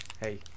hey